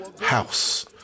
house